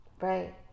Right